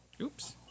Oops